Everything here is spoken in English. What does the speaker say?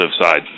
side